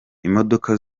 imodoka